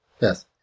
Yes